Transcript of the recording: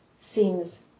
seems